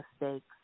mistakes